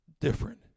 different